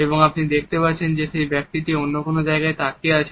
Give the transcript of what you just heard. এবং আপনি দেখতে পাচ্ছেন যে সেই ব্যক্তিটি অন্য কোন জায়গা দিকে তাকিয়ে আছেন